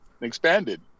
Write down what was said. expanded